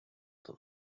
them